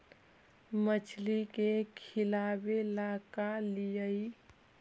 मछली के खिलाबे ल का लिअइ?